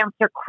answer